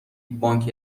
بانک